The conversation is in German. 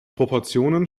proportionen